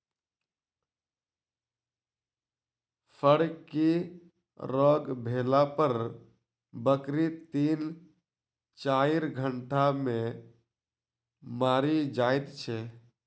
फड़की रोग भेला पर बकरी तीन चाइर घंटा मे मरि जाइत छै